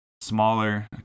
smaller